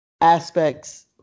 aspects